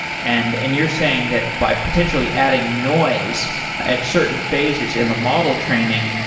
and and you're saying that by potentially adding noise at certain phases in the model training,